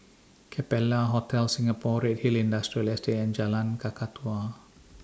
Capella Hotel Singapore Redhill Industrial Estate and Jalan Kakatua